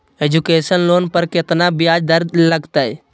Education loan पर केतना ब्याज दर लगतई?